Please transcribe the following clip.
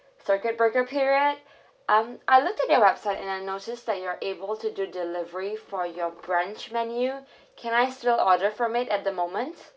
circuit breaker period um I looked at your website and I notice that you are able to do delivery for your brunch menu can I still order from it at the moment